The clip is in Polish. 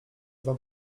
wam